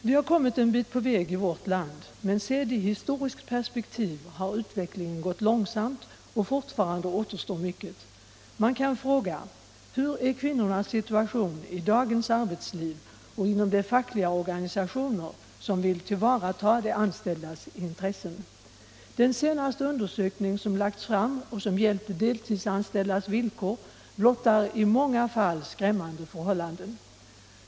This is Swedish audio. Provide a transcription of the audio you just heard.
Vi har kommit en bit på väg i vårt land, men sedd i historiskt perspektiv har utvecklingen gått långsamt, och fortfarande återstår mycket. Man kan fråga: Hurdan är kvinnornas situation i dagens arbetsliv och inom de fackliga organisationer som vill tillvarata de anställdas intressen? Den senaste undersökning som lagts fram och som gällt de deltidsanställdas villkor blottar i många fall skrämmande förhållanden.